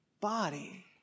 body